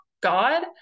God